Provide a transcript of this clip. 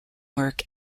work